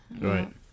right